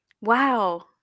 Wow